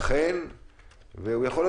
מסוים את יכולה לראות אותי 80 מטר משם ואני במקום,